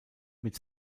mit